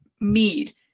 mead